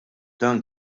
dan